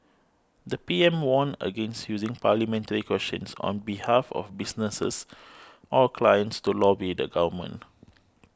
the P M warned against using parliamentary questions on behalf of businesses or clients to lobby the government